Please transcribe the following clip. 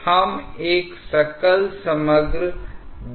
दोनों धाराएँ 1 और 2 के अनुभागो को जोड़ रही हैं